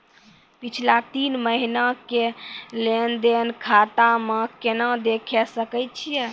पिछला तीन महिना के लेंन देंन खाता मे केना देखे सकय छियै?